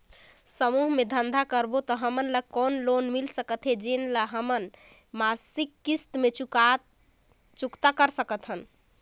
समूह मे धंधा करबो त हमन ल कौन लोन मिल सकत हे, जेन ल हमन मासिक किस्त मे चुकता कर सकथन?